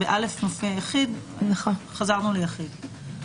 ב-א מופיע יחיד אז חזרנו ליחיד.